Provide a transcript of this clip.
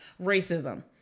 racism